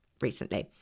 recently